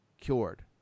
Cured